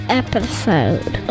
episode